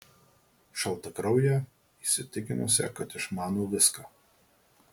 šaltakrauję įsitikinusią kad išmano viską